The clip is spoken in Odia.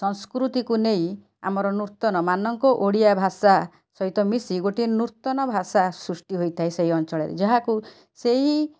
ସଂସ୍କୃତିକୁ ନେଇ ଆମର ନୂତନ ମାନଙ୍କ ଓଡ଼ିଆ ଭାଷା ସହିତ ମିଶି ଗୋଟେ ନୂତନ ଭାଷା ସୃଷ୍ଟି ହୋଇଥାଏ ସେହି ଅଞ୍ଚଳରେ ଯାହାକୁ ସେଇ